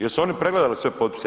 Jesu oni pregledali sve potpise?